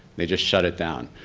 they just shut it down.